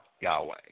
Yahweh